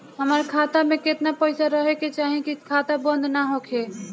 हमार खाता मे केतना पैसा रहे के चाहीं की खाता बंद ना होखे?